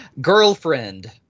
girlfriend